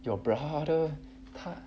your brother